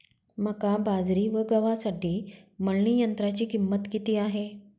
मका, बाजरी व गव्हासाठी मळणी यंत्राची किंमत किती आहे?